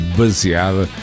baseada